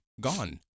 gone